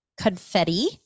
confetti